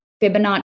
Fibonacci